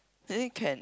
then you can